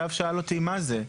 סתיו שאל אותי מה זה.